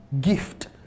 gift